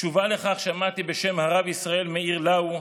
תשובה לכך שמעתי בשם הרב ישראל מאיר לאו,